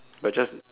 we are just